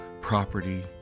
property